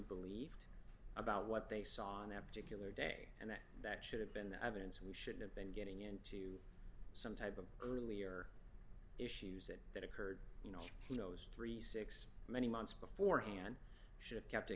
believed about what they saw on that particular day and that that should have been the evidence we should have been getting into some type of earlier issues that that occurred you know he knows thirty six many months beforehand should kept